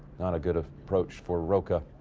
not a good ah approach for rocca.